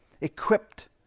equipped